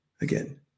Again